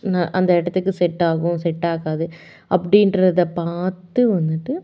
ந அந்த இடத்துக்கு செட்டாகும் செட்டாகாது அப்படின்றத பார்த்து வந்துட்டு